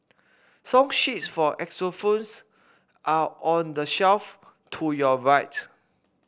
song sheets for xylophones are on the shelf to your right